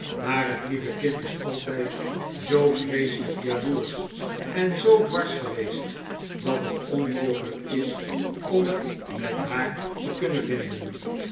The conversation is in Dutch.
maar het lieve kind is altijd zoo vreeselijk jaloersch en zoo dwars geweest dat het onmogelijk is om het met haar te kunnen vinden